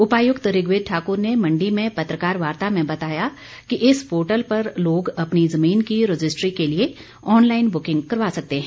उपायुक्त ऋग्वेद ठाकुर ने मण्डी में पत्रकार वार्ता में बताया कि इस पोर्टल पर लोग अपनी जमीन की रजिस्ट्री के लिए ऑनलाईन बुकिंग करवा सकते हैं